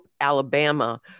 Alabama